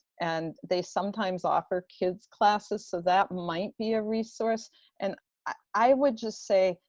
and they sometimes offer kids' classes. so that might be a resource and i would just say,